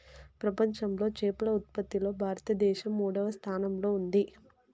ప్రపంచంలో చేపల ఉత్పత్తిలో భారతదేశం మూడవ స్థానంలో ఉంది